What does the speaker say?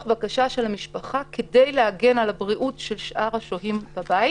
בקשתה של המשפחה כדי להגן על הבריאות של שאר השוהים בבית.